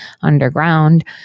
Underground